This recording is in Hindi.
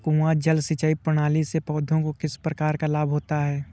कुआँ जल सिंचाई प्रणाली से पौधों को किस प्रकार लाभ होता है?